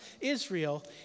Israel